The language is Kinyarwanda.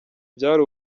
byari